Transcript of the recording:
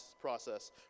process